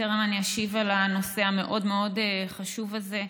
בטרם אשיב על הנושא המאוד-מאוד חשוב הזה,